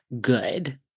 good